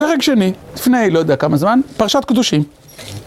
פרק שני, לפני לא יודע כמה זמן, פרשת קדושים.